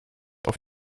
auf